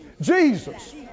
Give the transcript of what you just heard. Jesus